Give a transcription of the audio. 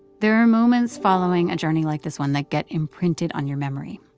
there are moments following a journey like this one that get imprinted on your memory.